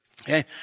Okay